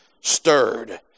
stirred